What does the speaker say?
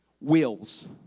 wills